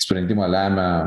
sprendimą lemia